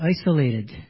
isolated